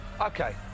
Okay